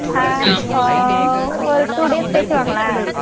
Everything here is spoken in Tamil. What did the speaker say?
ஒரு டூ டேஸ் கழிச்சு வாங்களேன்